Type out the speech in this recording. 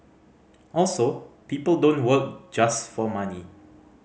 also people don't work just for money